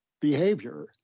behavior